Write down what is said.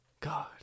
God